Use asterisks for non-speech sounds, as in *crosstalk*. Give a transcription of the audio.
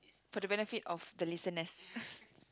for the benefit of the listeners *laughs*